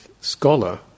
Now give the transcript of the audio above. scholar